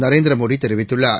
நரேந்திர மோடி தெரிவித்துள்ளார்